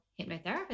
hypnotherapist